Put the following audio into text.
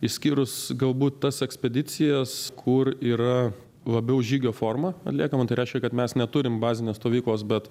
išskyrus galbūt tas ekspedicijas kur yra labiau žygio forma atliekama tai reiškia kad mes neturim bazinės stovyklos bet